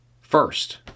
First